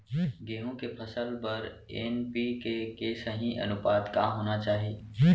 गेहूँ के फसल बर एन.पी.के के सही अनुपात का होना चाही?